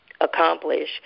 accomplish